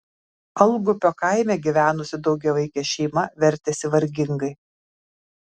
algupio kaime gyvenusi daugiavaikė šeima vertėsi vargingai